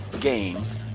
games